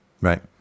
Right